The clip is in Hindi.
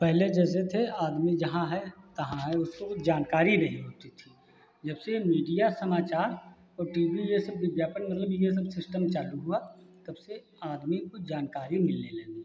पहले जैसे थे आदमी जहाँ है तहाँ है उसको कुछ जानकारी नहीं होती थी जबसे मीडिया समाचार और टी वी यह सब विज्ञापन मतलब यह सब सिस्टम चालू हुआ तब से आदमी को जानकारी मिलने लगी है